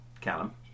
Callum